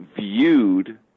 viewed